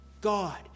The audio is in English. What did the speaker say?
God